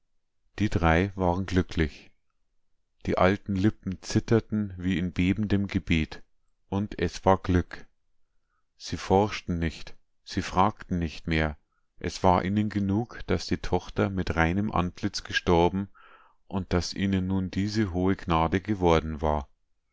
die drei waren glücklich die alten lippen zitterten wie in bebendem gebet und es war glück sie forschten nicht sie fragten nicht mehr es war ihnen genug daß die tochter mit reinem antlitz gestorben und daß ihnen nun diese hohe gnade geworden war